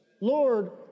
Lord